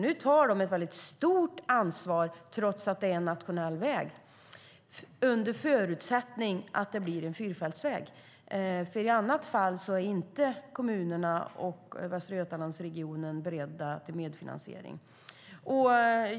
De tar ett väldigt stort ansvar, trots att det är en nationell väg, under förutsättning att det blir en fyrfältsväg. I annat fall är inte kommunerna och Västra Götalandsregionen beredda till medfinansiering.